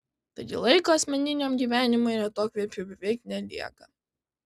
taigi laiko asmeniniam gyvenimui ir atokvėpiui beveik nelieka